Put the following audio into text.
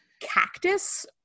cactus